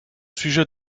sujet